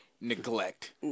Neglect